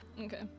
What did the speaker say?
Okay